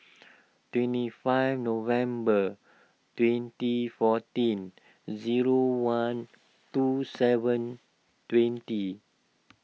twenty five November twenty fourteen zero one two seven twenty